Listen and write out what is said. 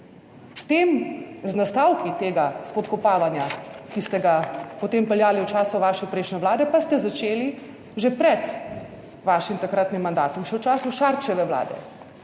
z nastavki tega spodkopavanja, ki ste ga potem peljali v času vaše prejšnje vlade, pa ste začeli, že pred vašim takratnim mandatom, še v času Šarčeve vlade,